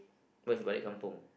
what is balik kampung